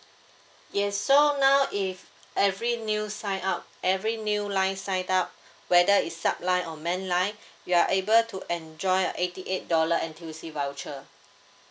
yes so now if every new sign up every new line sign up whether is sup line or main line you are able to enjoy a eighty eight dollar N_T_U_C voucher